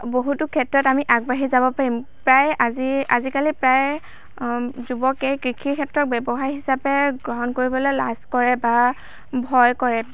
বহুতো ক্ষেত্ৰত আমি আগবাঢ়ি যাব পাৰিম প্ৰায় আজি আজিকালি প্ৰায় যুৱকে কৃষি ক্ষেত্ৰক ব্যৱসায় হিচাপে গ্ৰহণ কৰিবলৈ লাজ কৰে বা ভয় কৰে